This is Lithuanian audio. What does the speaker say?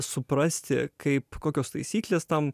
suprasti kaip kokios taisyklės tam